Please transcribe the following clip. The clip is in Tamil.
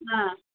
ஆ